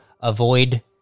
avoid